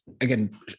again